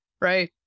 right